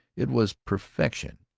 it was perfection,